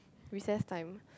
recess time